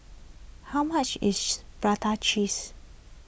how much is Prata Cheese